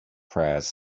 prayers